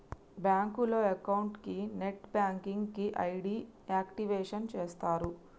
బ్యాంకులో అకౌంట్ కి net banking కి ఐడి యాక్టివేషన్ చేస్తరు